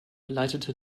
leitete